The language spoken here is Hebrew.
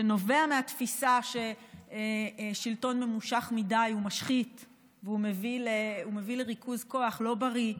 שנובע מהתפיסה ששלטון ממושך מדי הוא משחית ומביא לריכוז כוח לא בריא.